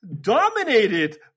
dominated